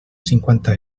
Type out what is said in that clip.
cinquanta